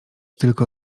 tylko